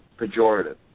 pejorative